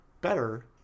better